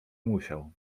musiał